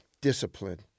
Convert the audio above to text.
discipline